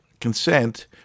consent